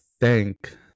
thank